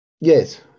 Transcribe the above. Yes